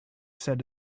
said